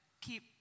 keep